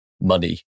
money